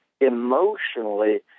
emotionally